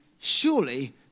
Surely